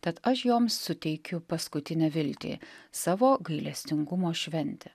tad aš joms suteikiu paskutinę viltį savo gailestingumo šventę